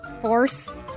force